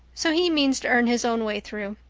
so he means to earn his own way through.